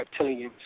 reptilians